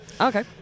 Okay